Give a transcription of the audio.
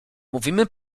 mówimy